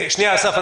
שנייה, אסף.